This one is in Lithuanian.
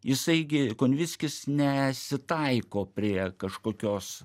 jisai gi konvickis nesitaiko prie kažkokios